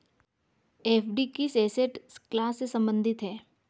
FD किस asset class से संबंधित है?